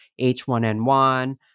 H1N1